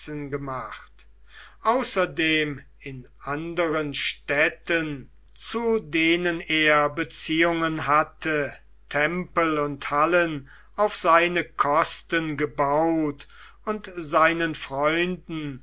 gemacht außerdem in anderen städten zu denen er beziehungen hatte tempel und hallen auf seine kosten gebaut und seinen freunden